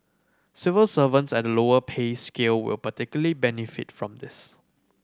civil servants at the lower pay scale will particularly benefit from this